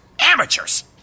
Amateurs